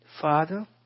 Father